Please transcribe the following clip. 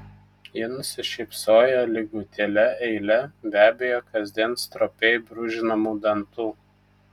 ji nusišypsojo lygutėle eile be abejo kasdien stropiai brūžinamų dantų